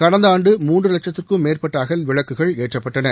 கடந்த ஆண்டு மூன்று லட்சத்திற்கும் மேற்பட்ட அகல் விளக்குகள் ஏற்றப்பட்டன